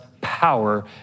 power